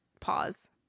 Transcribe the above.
pause